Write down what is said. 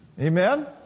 Amen